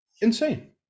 insane